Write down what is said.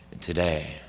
today